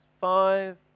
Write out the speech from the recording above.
five